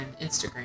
Instagram